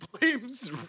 blames